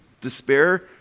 despair